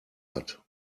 hat